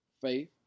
Faith